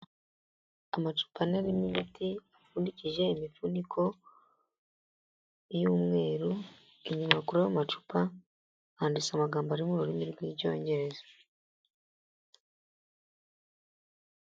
Amacupa ane arimo imiti, apfundikije imifuniko y'umweru, inyuma kuri ayo macupa handitse amagambo ari mu rurimi rw'Icyongereza.